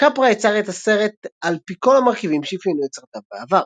קפרה יצר את הסרט על פי כל המרכיבים שאפיינו את סרטיו בעבר.